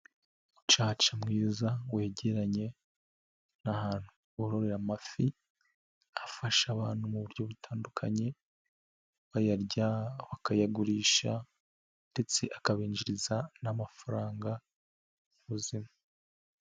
Umucaca mwiza wegeranye n'ahantu bororera amafi, afasha abantu mu buryo butandukanye, bayarya, bakayagurisha ndetse akabinjiriza n'amafaranga mu buzima.